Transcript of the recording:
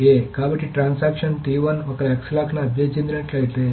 కాబట్టి అది notation transaction ఒక x లాక్ను అభ్యర్థించినట్లయితే